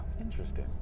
interesting